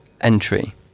entry